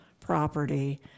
property